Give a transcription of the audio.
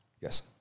Yes